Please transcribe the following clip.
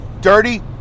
dirty